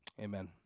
Amen